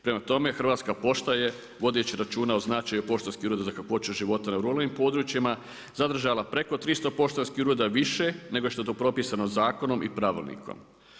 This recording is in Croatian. Prema tome Hrvatska pošta je, vodeći računa o značaju poštanskih ureda za kakvoću života na ruralnih područjima, zadržala preko 300 poštanskih ureda više nego što je to propisano zakonom i pravilnikom.